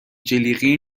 جلیقه